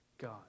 God